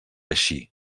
eixir